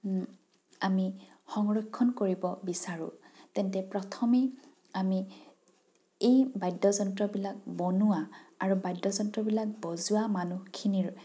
আমি সংৰক্ষণ কৰিব বিচাৰোঁ তেন্তে প্ৰথমেই আমি এই বাদ্যযন্ত্ৰবিলাক বনোৱা আৰু বাদ্যযন্ত্ৰবিলাক বজোৱা মানুহখিনিৰ